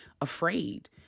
afraid